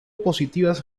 positivas